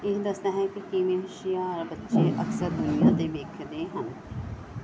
ਇਹ ਦੱਸਦਾ ਹੈ ਕਿ ਕਿਵੇਂ ਹੁਸ਼ਿਆਰ ਬੱਚੇ ਅਕਸਰ ਦੁਨੀਆਂ ਦੇ ਵੇਖਦੇ ਹਨ